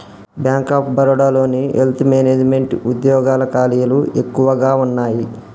bank of బరోడాలోని wealth management వుద్యోగాల ఖాళీలు ఎక్కువగా వున్నయ్యి